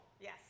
Yes